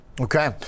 Okay